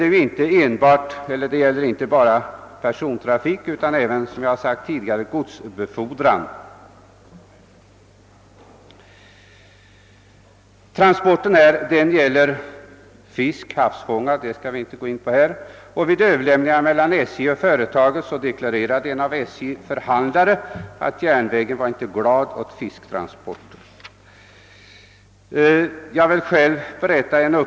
Det gäller inte bara persontrafik utan, som jag sagt tidigare, även. godsbefordran. Transporten från detta företag gäller havsfångad fisk, och vid överläggningar mellan SJ och företaget deklarerade en av SJ:s förhandlare att järnvägen inte var glad åt fisktransporter. Jag vill berätta om en upplevelse som jag själv haft.